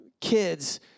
kids